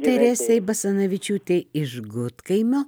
teresei basanavičiūtei iš gudkaimio